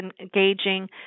engaging